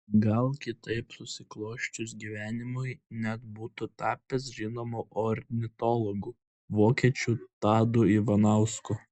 gal kitaip susiklosčius gyvenimui net būtų tapęs žinomu ornitologu vokiečių tadu ivanausku